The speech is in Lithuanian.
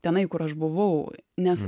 tenai kur aš buvau nes